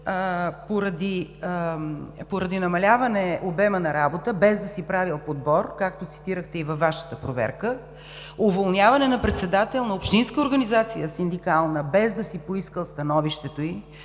поради намаляване обема на работа, без да си правил подбор, както цитирахте от Вашата проверка, уволняване на председател на общинска синдикална организация, без да си поискал становището ѝ,